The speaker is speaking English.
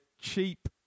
cheap